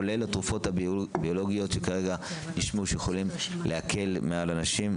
כולל התרופות הביולוגיות שכרגע נשמעו שיכולות להקל מעל אנשים,